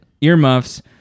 earmuffs